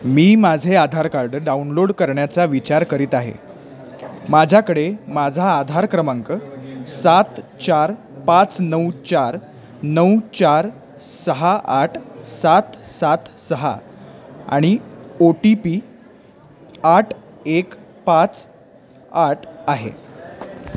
मी माझे Aadhaar card download करण्याचा विचार करीत आहे माझ्याकडे माझा आधार क्रमांक सात चार पाच नऊ चार नऊ चार सहा आठ सात सात सहा आणि ओ टी पी आठ एक पाच आठ आहे